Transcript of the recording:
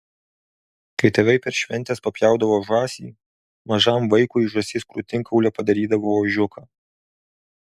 kai tėvai per šventes papjaudavo žąsį mažam vaikui iš žąsies krūtinkaulio padarydavo ožiuką